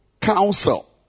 counsel